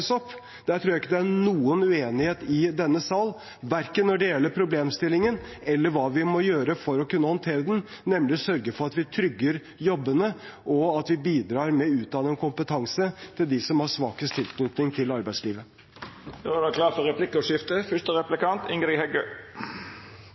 jeg det ikke er noen uenighet om i denne salen, verken når det gjelder problemstillingen, eller når det gjelder hva vi må gjøre for å håndtere den, nemlig sørge for at vi trygger jobbene og bidrar med utdanning og kompetanse til dem som har svakest tilknytning til